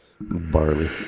barley